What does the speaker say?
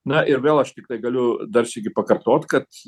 na ir vėl aš tiktai galiu dar sykį pakartot kad